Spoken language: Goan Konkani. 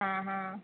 आं हां